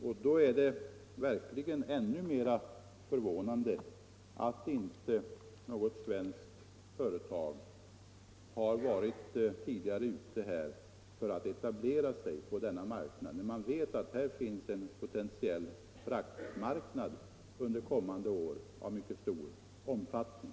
Då är det verk 16 januari 1975 ligen ännu mera förvånande att inte något svenskt företag tidigare har varit ute för att etablera sig på denna marknad. Man vet att det här Om åtgärder för att finns en potentiell fraktmarknad under kommande år av mycket stor bevara svenskt omfattning.